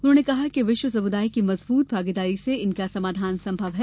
उन्होंने कहा कि विश्व समुदाय की मजबूत भागीदारी से इनका समाधान संभव है